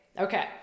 Okay